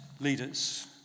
leaders